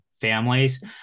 families